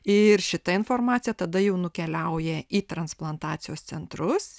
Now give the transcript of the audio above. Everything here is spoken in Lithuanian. ir šita informacija tada jau nukeliauja į transplantacijos centrus